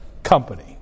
Company